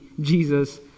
Jesus